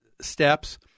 steps